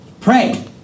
pray